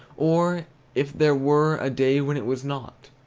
or if there were a day when it was not.